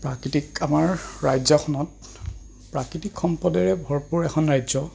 প্ৰাকৃতিক আমাৰ ৰাজ্যখনত প্ৰাকৃতিক সম্পদেৰে ভৰপূৰ এখন ৰাজ্য